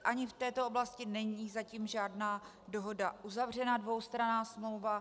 Ani v této oblasti není zatím žádná dohoda uzavřena dvoustranná smlouva.